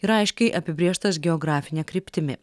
yra aiškiai apibrėžtas geografine kryptimi